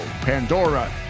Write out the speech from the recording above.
Pandora